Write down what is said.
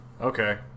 Okay